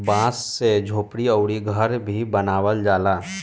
बांस से झोपड़ी अउरी घर भी बनावल जाला